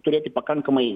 turėti pakankamai